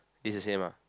it's thw same ah